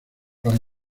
para